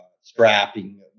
strapping